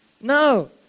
No